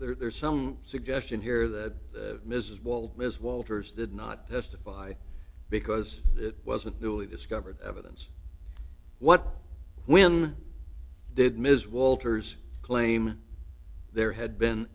have there's some suggestion here that mrs wald ms walters did not testify because it wasn't really discovered evidence what when did ms walters claim there had been